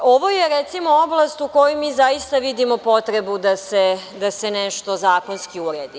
Ovo je recimo oblast u kojoj mi zaista vidimo potrebu da se nešto zakonski uredi.